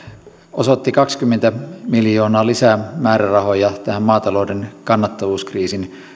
osoitti kaksikymmentä miljoonaa lisämäärärahoja tähän maatalouden kannattavuuskriisin